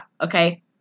okay